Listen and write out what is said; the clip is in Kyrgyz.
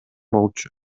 болчу